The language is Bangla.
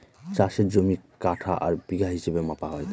চাষের জমি কাঠা আর বিঘা হিসাবে মাপা হয়